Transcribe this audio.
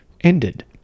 ended